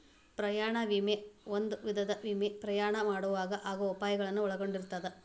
ಪ್ರಯಾಣ ವಿಮೆ ಒಂದ ವಿಧದ ವಿಮೆ ಪ್ರಯಾಣ ಮಾಡೊವಾಗ ಆಗೋ ಅಪಾಯಗಳನ್ನ ಒಳಗೊಂಡಿರ್ತದ